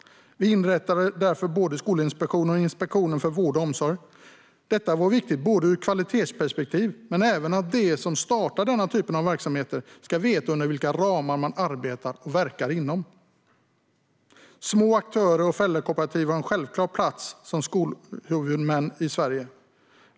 Vi inrättade därför både Skolinspektionen och Inspektionen för vård och omsorg. Detta var viktigt ur kvalitetsperspektiv men också för att de som startar sådana verksamheter ska veta inom vilka ramar de arbetar och verkar. Små aktörer och föräldrakooperativ har en självklar plats som skolhuvudmän i Sverige.